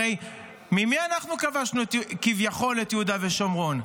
הרי ממי אנחנו כבשנו כביכול את יהודה ושומרון?